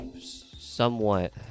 somewhat